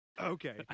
Okay